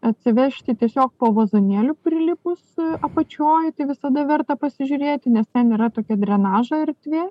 atsivežti tiesiog po vazonėliu prilipus apačioj tai visada verta pasižiūrėti nes ten yra tokia drenažo erdvė